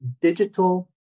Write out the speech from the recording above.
digital